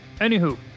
Anywho